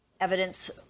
evidence